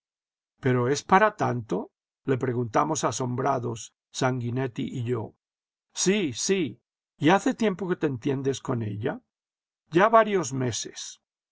pero es para tanto le preguntamos asombrados sanguinetti y yo sí oí y hace tiempo que te entiendes con ella ya varios meses